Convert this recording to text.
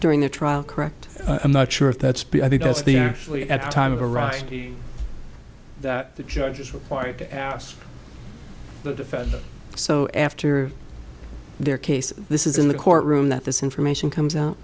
during the trial correct i'm not sure if that's been i think that's the actually at the time of the rushdie that the judge is required to ask the defendant so after their case this is in the court room that this information comes out